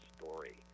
story